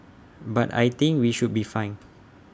but I think we should be fine